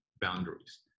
boundaries